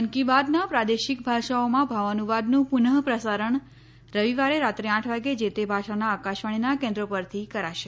મન કી બાતના પ્રાદેશિક ભાષાઓમાં ભાવાનુવાદનું પુનઃ પ્રસારણ રવિવારે રાત્રે આઠ વાગે જે તે ભાષાના આકાશવાણીના કેન્દ્રો પરથી કરાશે